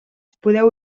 podeu